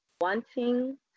wanting